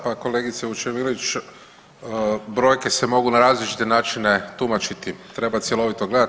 Pa kolegice Vučemilović, brojke se mogu na različite načine tumačiti, treba cjelovito gledat.